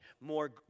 more